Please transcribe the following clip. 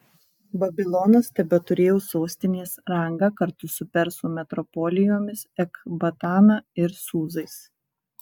babilonas tebeturėjo sostinės rangą kartu su persų metropolijomis ekbatana ir sūzais